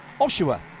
Oshawa